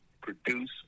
produce